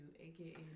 AKA